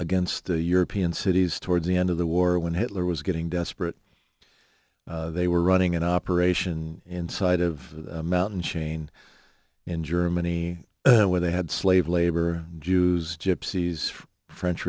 against the european cities towards the end of the war when hitler was getting desperate they were running an operation inside of a mountain chain in germany where they had slave labor jews gypsies french